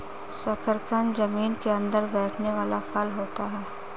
शकरकंद जमीन के अंदर बैठने वाला फल होता है